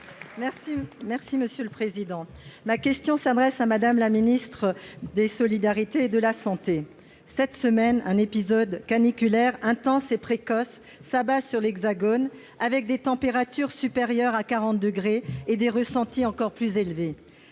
La République En Marche. Ma question s'adresse à Mme la ministre des solidarités et de la santé. Cette semaine, un épisode caniculaire intense et précoce s'abat sur l'Hexagone, avec des températures supérieures à quarante degrés et des ressentis encore plus élevés.